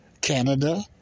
Canada